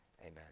amen